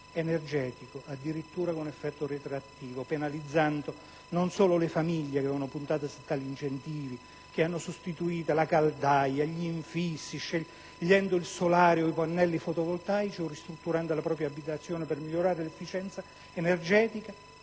energetico, addirittura con effetto retroattivo, penalizzando non solo le famiglie che avevano puntato su tali incentivi, sostituendo ad esempio la caldaia, cambiando gli infissi, scegliendo il solare termico o i pannelli fotovoltaici, o ristrutturando la propria abitazione per migliorare l'efficienza energetica,